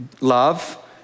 love